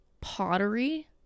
pottery